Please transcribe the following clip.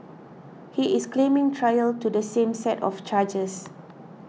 he is claiming trial to the same set of charges